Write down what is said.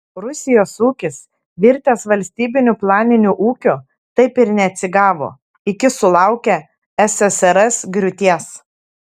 rusijos ūkis virtęs valstybiniu planiniu ūkiu taip ir neatsigavo iki sulaukė ssrs griūties